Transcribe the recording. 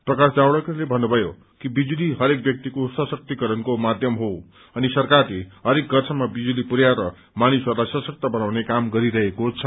प्रकाशस जावड़ेकरले भन्नुभयो कि बिजुली हरेक ब्यक्तिको सशक्तिकरणको माध्यम हो अनि सरकारले हरेक घरसम्म बिजुली पुर्याएर मानिसहरूलाई सशक्त बनाउने काम गरिरहेको छ